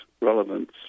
relevance